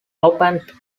opened